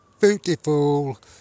beautiful